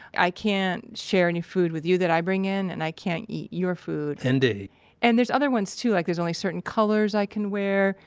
i can't share any food with you that i bring in and i can't eat your food indeed and there's other ones too. like, there's only certain colors i can wear.